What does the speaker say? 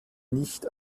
nicht